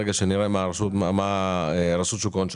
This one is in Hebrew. ברגע שנראה מה רשות שוק ההון שולחת.